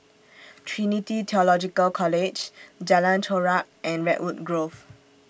Trinity Theological College Jalan Chorak and Redwood Grove